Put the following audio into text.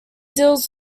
deals